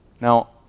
Now